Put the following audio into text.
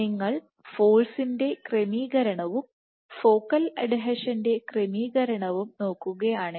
നിങ്ങൾ ഫോഴ്സ്ൻറെ ക്രമീകരണവും ഫോക്കൽ അഡ്ഹീഷൻറെ ക്രമീകരണവും നോക്കുകയാണെങ്കിൽ